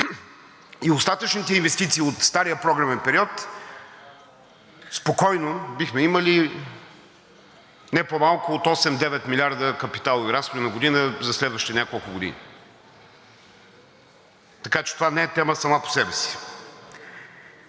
и остатъчните инвестиции от стария програмен период спокойно бихме имали не по-малко от 8 – 9 милиарда капиталови разходи на година за следващите няколко години. Така че това не е тема сама по себе си.